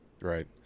right